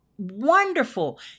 wonderful